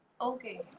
Okay